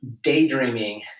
daydreaming